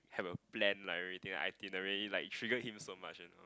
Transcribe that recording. have a plan like everything like itinerary like trigger him so much you know